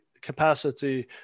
capacity